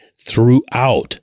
throughout